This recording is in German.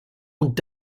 und